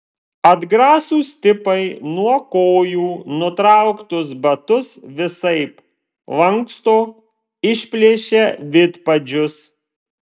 atgrasūs tipai nuo kojų nutrauktus batus visaip lanksto išplėšia vidpadžius